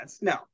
no